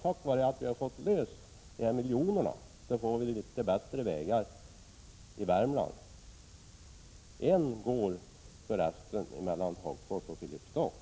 Tack vare att vi har fått ut dessa miljoner får vi litet bättre vägar i Värmland. En av de vägarna går för resten mellan Hagfors och Filipstad.